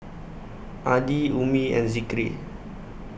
Adi Ummi and Zikri